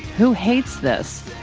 who hates this?